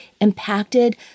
impacted